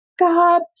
God